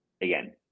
again